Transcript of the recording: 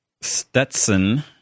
Stetson